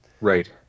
Right